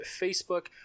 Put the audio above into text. facebook